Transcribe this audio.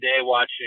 watching